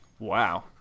Wow